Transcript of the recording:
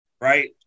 right